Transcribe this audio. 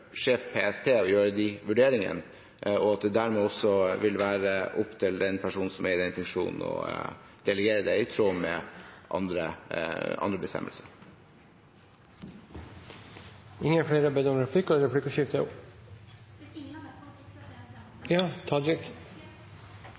sjef PST å gjøre de vurderingene, og at det dermed også vil være opp til den personen som er i den funksjonen, å delegere i tråd med andre bestemmelser. Replikkordskiftet er … Dersom det ikkje er fleire som har bedt om replikk,